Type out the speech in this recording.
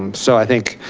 um so i think,